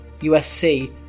USC